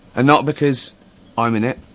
and not because i'm in it,